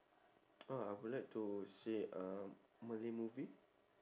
ah I would like to see uh malay movie